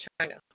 China